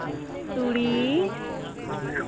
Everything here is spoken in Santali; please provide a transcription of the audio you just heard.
ᱛᱩᱲᱤ